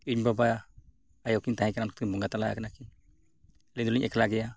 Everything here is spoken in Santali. ᱤᱧ ᱵᱟᱵᱟ ᱟᱭᱳ ᱠᱤᱱ ᱛᱟᱦᱮᱸ ᱠᱟᱱᱟ ᱩᱱᱠᱤᱱ ᱵᱚᱸᱜᱟ ᱛᱟᱞᱟ ᱟᱠᱟᱱᱟ ᱠᱤᱱ ᱟᱹᱞᱤᱧ ᱫᱚᱞᱤᱧ ᱮᱠᱞᱟ ᱜᱮᱭᱟ